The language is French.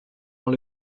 dans